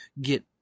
get